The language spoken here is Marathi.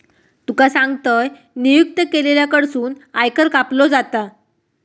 तुका सांगतंय, नियुक्त केलेल्या कडसून आयकर कापलो जाता